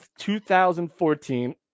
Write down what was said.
2014